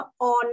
on